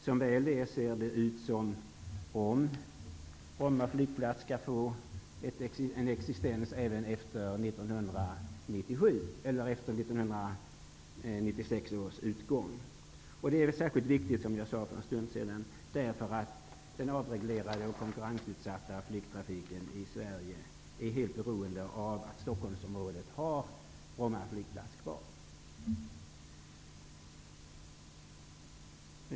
Som väl är ser det ut som om Bromma flygplats skall få en existens även efter 1996 års utgång. Det är särskilt viktigt, som jag sade för en stund sedan, därför att den avreglerade och konkurrensutsatta flygtrafiken i Sverige är helt beroende av att Stockholmsområdet har Bromma flygplats kvar.